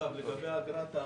לגבי האגרה.